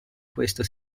questo